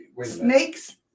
Snakes